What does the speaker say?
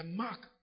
mark